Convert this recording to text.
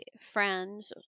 friends